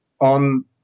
on